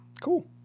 Cool